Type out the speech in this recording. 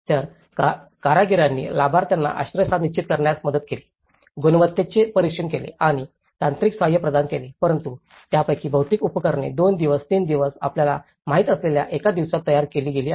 तर कारागिरांनी लाभार्थ्यांना आश्रयस्थान निश्चित करण्यात मदत केली गुणवत्तेचे परीक्षण केले आणि तांत्रिक सहाय्य प्रदान केले परंतु यापैकी बहुतेक उपकरणे 2 दिवस 3 दिवस आपल्याला माहित असलेल्या एका दिवसात तयार केली गेली आहेत